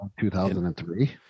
2003